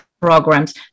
programs